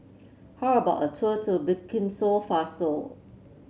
how about a tour to Burkina Faso